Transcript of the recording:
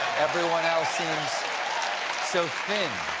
everyone else seems so thin.